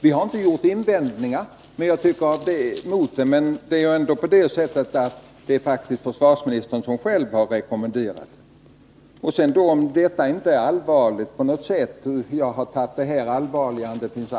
Vi har dock inte haft några invändningar mot det. Jag har själv sett allvarligt på dessa inställda övningar.